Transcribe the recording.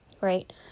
right